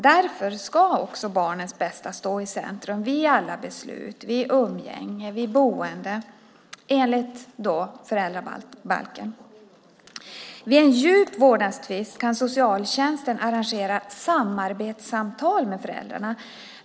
Därför ska också barnets bästa stå i centrum vid alla beslut, vid umgänge, vid boende, enligt föräldrabalken. Vid en djup vårdnadstvist kan socialtjänsten arrangera samarbetssamtal med föräldrarna.